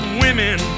women